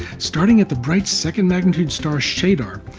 starting at the bright second magnitude star schedar,